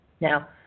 Now